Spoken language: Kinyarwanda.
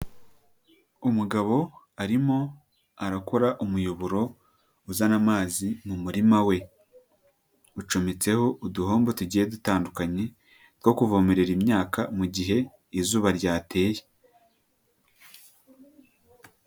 Umugabo arimo arakora umuyoboro uzana amazi mu murima we. Ucometseho uduhombo tugiye dutandukanye two kuvomerera imyaka mu gihe izuba ryateye.